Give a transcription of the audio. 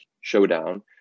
showdown